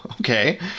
okay